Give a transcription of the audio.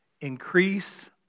increase